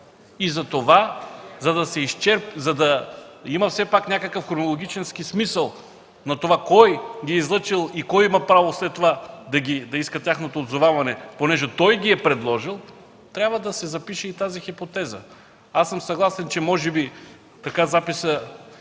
и коалиции. За да има все пак някакъв хронологически смисъл на това кой ги е излъчил и кой има право след това да иска тяхното отзоваване, понеже той ги е предложил, трябва да се запише и тази хипотеза. Аз съм съгласен, че може би записът